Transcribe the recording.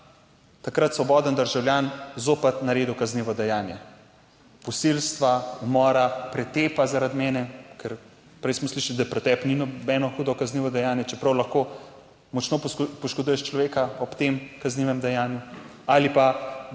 takrat svoboden državljan zopet naredil kaznivo dejanje posilstva, umora, pretepa zaradi mene, ker prej smo slišali, da pretep ni nobeno hudo kaznivo dejanje, čeprav lahko močno poškoduješ človeka ob tem kaznivem dejanju, ali pa dilanja